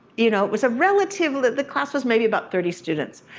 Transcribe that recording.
you know, it was a relatively, the class was maybe about thirty students.